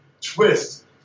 twist